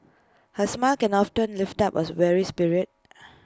A smile can often lift up was weary spirit